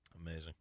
Amazing